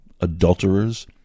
adulterers